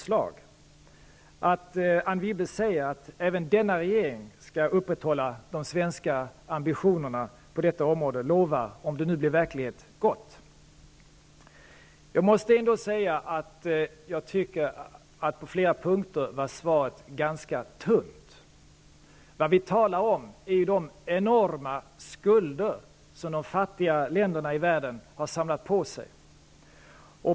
Att Anne Wibble säger att den nuvarande regeringen skall upprätthålla de svenska ambitionerna på detta område lovar gott, om det nu blir verklighet. Ändå måste jag säga att jag tycker att på flera punkter var svaret ganska tunt. Vad vi talar om är ju de enorma skulder som de fattiga länderna i världen har samlat på sig.